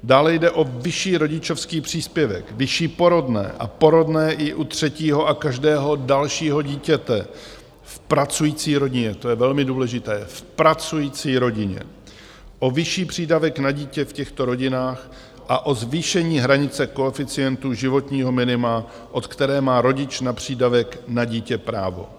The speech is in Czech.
Dále jde o vyšší rodičovský příspěvek, vyšší porodné a porodné i u třetího a každého dalšího dítěte v pracující rodině to je velmi důležité, v pracující rodině o vyšší přídavek na dítě v těchto rodinách a o zvýšení hranice koeficientu životního minima, od které má rodič na přídavek na dítě právo.